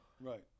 right